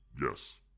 Yes